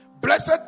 Blessed